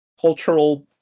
cultural